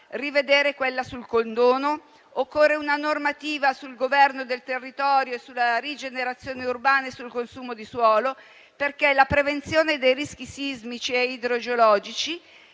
rivedere quella sul condono. Occorre una normativa sul governo del territorio, sulla rigenerazione urbana e sul consumo di suolo, perché la prevenzione dei rischi sismici e idrogeologici